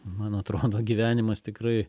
man atrodo gyvenimas tikrai